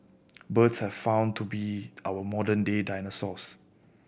birds have found to be our modern day dinosaurs